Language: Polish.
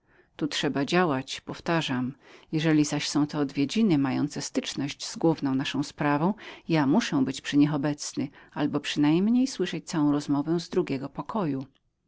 tu trzeba działać powtarzam jeżeli zaś to są odwiedziny mające styczność z główną naszą sprawą ja muszę być przy nich obecnym albo przynajmniej słyszeć całą rozmowę z drugiego pokoju